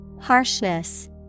Harshness